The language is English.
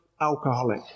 alcoholic